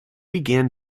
began